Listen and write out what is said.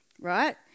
right